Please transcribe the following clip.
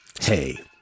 Hey